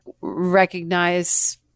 recognize